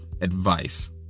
advice